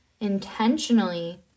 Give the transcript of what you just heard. intentionally